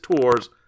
tours